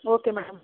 okay madam